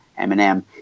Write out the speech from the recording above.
Eminem